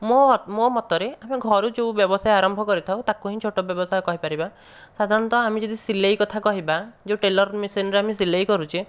ମୋ' ମୋ' ମତରେ ଆମେ ଘରୁ ଯେଉଁ ବ୍ୟବସାୟ ଆରମ୍ଭ କରିଥାଉ ତାକୁ ହିଁ ଛୋଟ ବ୍ୟବସାୟ କହିପାରିବା ସାଧାରଣତଃ ଆମେ ଯଦି ସିଲେଇ କଥା କହିବା ଯେଉଁ ଟେଲର ମେସିନ୍ ରେ ଆମେ ସିଲେଇ କରୁଛେ